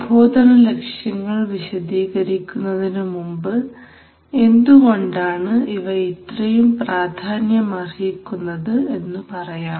പ്രബോധന ലക്ഷ്യങ്ങൾ വിശദീകരിക്കുന്നതിനു മുമ്പ് എന്തുകൊണ്ടാണ് ഇവ ഇത്രയും പ്രാധാന്യമർഹിക്കുന്നത് എന്നു പറയാം